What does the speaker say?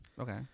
Okay